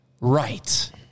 right